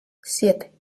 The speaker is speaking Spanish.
siete